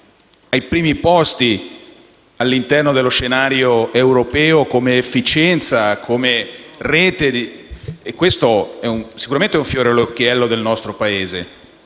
ai primi posti all'interno dello scenario europeo come efficienza e come rete e questo è sicuramente un fiore all'occhiello del nostro Paese,